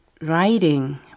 writing